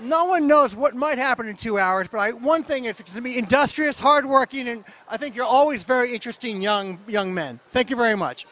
no one knows what might happen to our right one thing it's the me industrious hard working and i think you're always very interesting young young men thank you very much